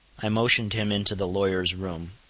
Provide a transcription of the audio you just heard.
i motioned him into the lawyer's room,